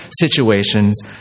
situations